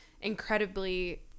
incredibly